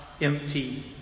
empty